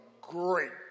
great